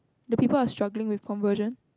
the people are struggling with conversion